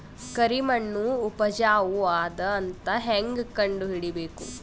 ಕರಿಮಣ್ಣು ಉಪಜಾವು ಅದ ಅಂತ ಹೇಂಗ ಕಂಡುಹಿಡಿಬೇಕು?